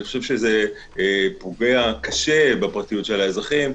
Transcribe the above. אני חושב שזה פוגע קשות בפרטיות של האזרחים.